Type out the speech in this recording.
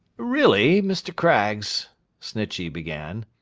really, mr. craggs snitchey began.